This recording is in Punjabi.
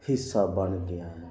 ਹਿੱਸਾ ਬਣ ਗਿਆ ਹੈ